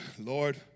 Lord